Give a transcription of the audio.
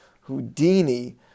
Houdini